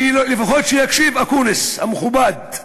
שלפחות יקשיב, אקוניס המכובד.